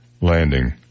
landing